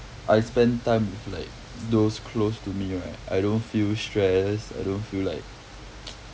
I spend time with like those close to me right I don't feel stress I don't feel like